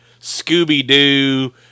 Scooby-Doo